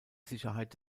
sicherheit